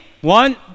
One